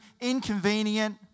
inconvenient